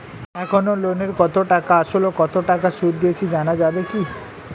এখনো লোনের কত টাকা আসল ও কত টাকা সুদ দিয়েছি জানা যাবে কি?